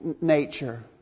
nature